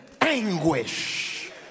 anguish